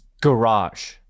garage